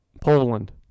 Poland